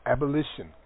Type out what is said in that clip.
Abolition